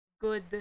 Good